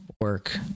work